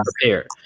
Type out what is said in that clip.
prepared